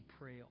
pray